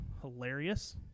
hilarious